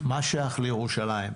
מה שייך לירושלים,